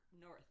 north